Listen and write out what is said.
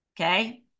Okay